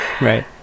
Right